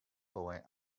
boy